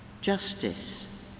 justice